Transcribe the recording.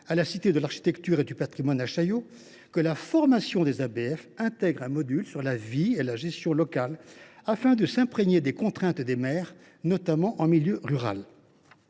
à la Cité de l’architecture et du patrimoine au palais de Chaillot, que la formation des ABF intègre un module sur la vie et la gestion locales, afin que les étudiants s’imprègnent des contraintes des maires, notamment en milieu rural.